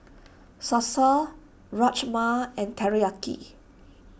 Salsa Rajma and Teriyaki